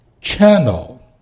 channel